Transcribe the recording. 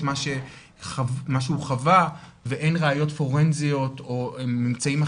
מה שהוא חווה ואין ראיות פורנזיות או אמצעים אחרים,